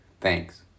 Thanks